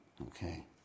Okay